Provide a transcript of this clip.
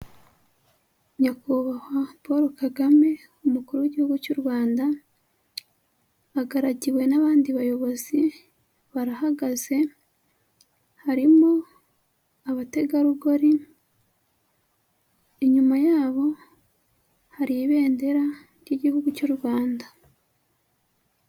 Nyakubahwa Paul Kagame umukuru w'Igihugu cy'u Rwanda, agaragiwe n'abandi bayobozi barahagaze, harimo abategarugori, inyuma yabo hari ibendera ry'Igihugu cy'u Rwanda.